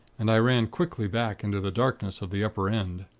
and i ran quickly back into the darkness of the upper end.